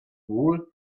wool